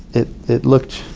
it it looked